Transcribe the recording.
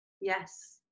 yes